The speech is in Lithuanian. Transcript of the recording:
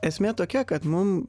esmė tokia kad mum